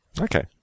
okay